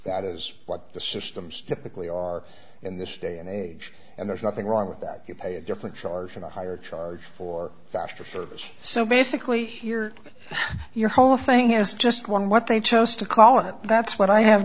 that is what the systems typically are in this day and age and there's nothing wrong with that you pay a different charge and a higher charge for faster service so basically your whole thing has just one what they chose to call it that's what i have